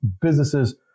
businesses